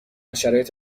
شرایط